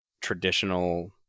traditional